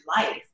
life